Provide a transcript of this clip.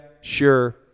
sure